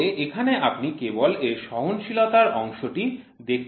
তবে এখনে আপনি কেবল এর সহনশীলতার অংশটি দেখতে পাবেন